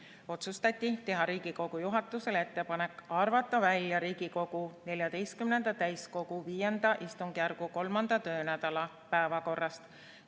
otsustati teha Riigikogu juhatusele ettepanek arvata välja Riigikogu 14. täiskogu V istungjärgu 3. töönädala päevakorrast